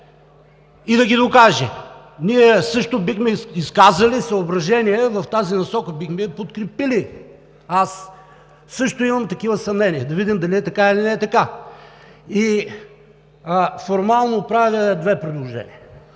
и да ги докаже. Ние също бихме изказали съображения в тази насока, бихме я подкрепили. Аз също имам такива съмнения – да видим дали е така, или не е така! Формално правя две предложения.